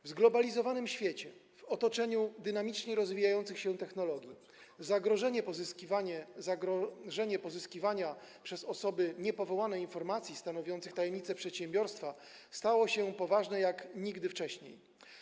W zglobalizowanym świecie, w otoczeniu dynamicznie rozwijających się technologii zagrożenie pozyskiwaniem przez osoby niepowołane informacji stanowiących tajemnicę przedsiębiorstwa stało się poważne jak nigdy wcześniej.